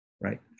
right